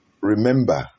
remember